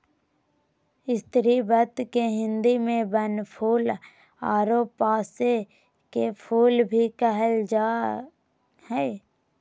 स्रीवत के हिंदी में बनफूल आरो पांसे के फुल भी कहल जा हइ